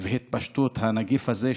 והתפשטות של הנגיף הזה.